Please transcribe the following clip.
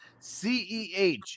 CEH